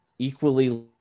equally